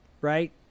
Right